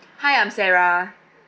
hi I'm sarah